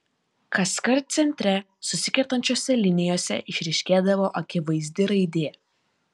kaskart centre susikertančiose linijose išryškėdavo akivaizdi raidė